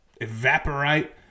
evaporate